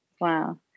Wow